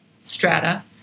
strata